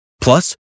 Plus